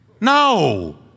No